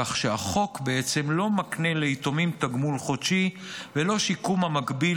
כך שהחוק בעצם לא מקנה ליתומים תגמול חודשי ולא שיקום המקביל